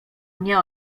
mnie